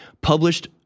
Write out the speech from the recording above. published